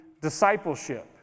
Discipleship